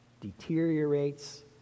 deteriorates